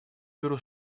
беру